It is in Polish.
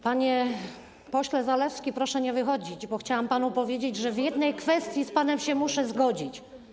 Panie pośle Zalewski, proszę nie wychodzić, bo chciałam panu powiedzieć, że w jednej kwestii muszę się z panem zgodzić.